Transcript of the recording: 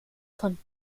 von